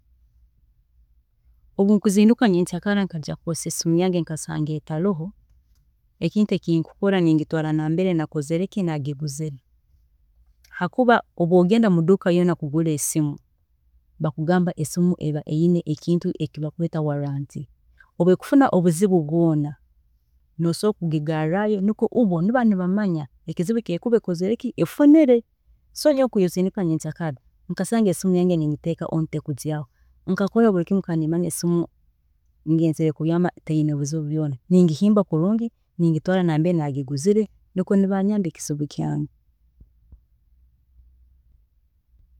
﻿Obu nkuzinduka nyenkya kara kujya kukozesa esimu yange nkasanga etaroho, ekintu eki nkukora ningigarra nambere nakozire ki, nagiguzire habwokuba obu okugenda muduuka ryoona kugura esimu bakugamba esimu eba eyine ekintu eki bakweeta warranty, so obu ekufuna obuzibu bwoona, nsobola kugigarrayo habwokuba ibo nibaba nibamanya ekizibu eki ekuba efunire, so nyowe kakuba nzinduka nyenkya kara nkasanga esimu yange nigiteekaho tekujyaaho, nkakora buri kimu nkateekaho esimu baitu nkarola busaho tekukora kintu kyoona, ninsobola kugihimba kulungi ningitwaara nambere nagiguzire nikwe nibanyamba ekizibu kyaayo